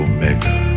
Omega